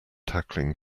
tackling